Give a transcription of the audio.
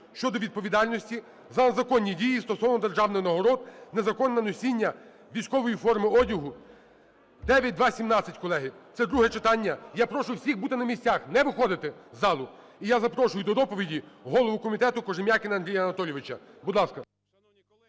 щодо відповідальності за незаконні дії стосовно державних нагород, незаконне носіння військової форми одягу. (9217). Колеги, це друге читання. Я прошу всіх бути на місцях, не виходити з залу. І я запрошую до доповіді голову комітету Кожем'якіна Андрія Анатолійовича. Будь ласка.